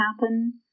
happen